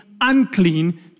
unclean